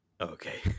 okay